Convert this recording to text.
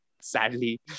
Sadly